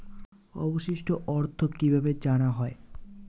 অবশিষ্ট অর্থ কিভাবে জানা হয়?